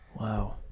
Wow